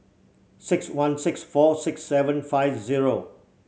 six one six four six seven five zero